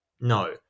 No